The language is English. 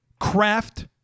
craft